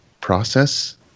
process